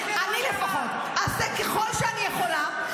אני לפחות אעשה ככל שאני יכולה,